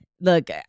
look